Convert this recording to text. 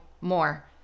more